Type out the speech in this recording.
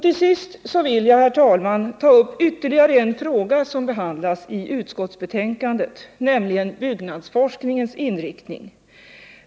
Till sist vill jag, herr talman, ta upp ytterligare en fråga som behandlas i utskottsbetänkandet, nämligen byggnadsforskningens inriktning.